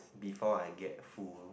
before I get full